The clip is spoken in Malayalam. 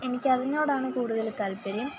എനിക്ക് അതിനോടാണ് കൂടുതൽ താൽപര്യം